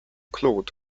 claude